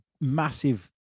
massive